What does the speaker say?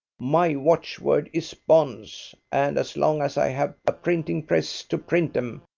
my watchword is bonds, and as long as i have a printing press to print em,